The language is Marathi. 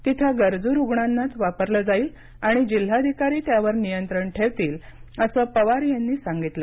तिथं गरजू रुग्णांनाच वापरलं जाईल आणि जिल्हाधिकारी त्यावर नियंत्रण ठेवतील असं पवार यांनी सांगितलं